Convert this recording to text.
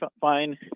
Fine